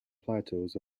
plateaus